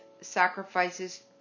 sacrifices